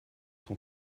ton